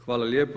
Hvala lijepo.